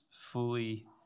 fully